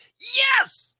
yes